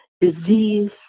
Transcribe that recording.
disease